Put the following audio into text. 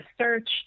search